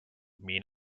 mean